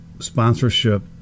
Sponsorship